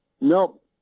nope